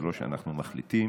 זה לא שאנחנו מחליטים,